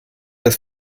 das